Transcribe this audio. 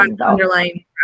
underlying